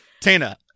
Tina